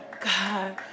God